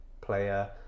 player